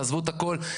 תעזבו את הכל,